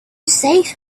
safe